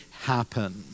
happen